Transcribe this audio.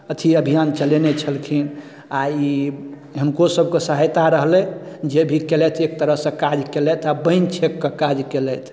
अथी अभियान चलेने छलखिन आओर ई हिनको सबके सहायता रहलै जे भी केलथि एक तरहसँ काज केलथि आओर पानि छेकके काज केलथि